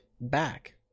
back